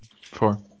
Four